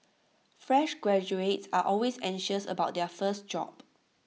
fresh graduates are always anxious about their first job